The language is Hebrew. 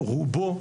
רובו,